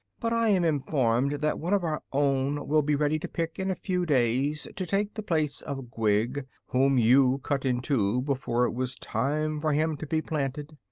but i am informed that one of our own will be ready to pick in a few days, to take the place of gwig, whom you cut in two before it was time for him to be planted.